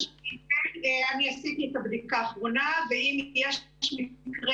אני עשיתי את הבדיקה האחרונה ואם יש מקרה